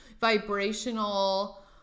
vibrational